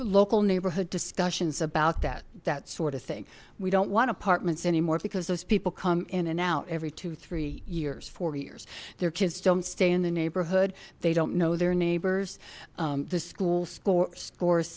all neighborhood discussions about that that sort of thing we don't want apartments anymore because those people come in and out every two three years four years their kids don't stay in the neighborhood they don't know their neighbors the school sports co